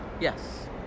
Yes